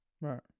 right